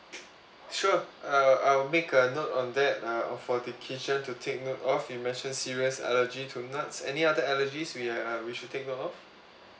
sure I'll I'll make a note on that uh for the kitchen to take note of you mentioned serious allergy to nuts any other allergies we are we should take note of